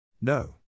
No